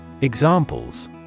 Examples